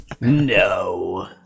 No